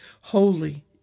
holy